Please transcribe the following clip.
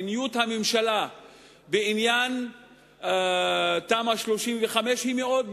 מדיניות הממשלה בעניין תמ"א 35 היא מאוד ברורה.